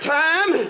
time